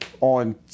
on